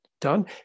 done